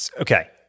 Okay